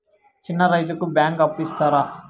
చిన్న రైతుకు బ్యాంకు అప్పు ఇస్తారా?